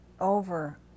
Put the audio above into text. over